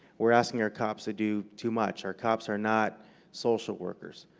we're asking our cops to do too much. our cops are not social workers.